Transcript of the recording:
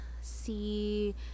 see